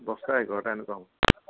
দহটা এঘাৰটা এনেকুৱা সময়ত